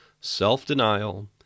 self-denial